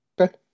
Okay